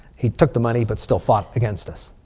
he took the money but still fought against us.